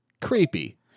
Creepy